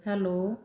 hello